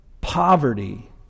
poverty